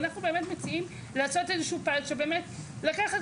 ואנחנו באמת מציעים לעשות איזה שהוא פיילוט ,שבאמת לקחת